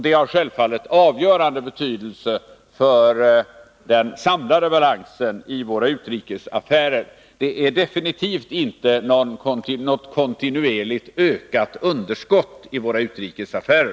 Det har självfallet avgörande betydelse för den samlade balansen i våra utrikes affärer. Det är definitivt inte något kontinuerligt ökande underskott i vår utrikesaffär.